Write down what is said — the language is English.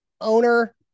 owner